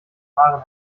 haaren